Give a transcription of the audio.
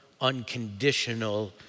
unconditional